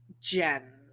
Jen